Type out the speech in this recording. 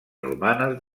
romanes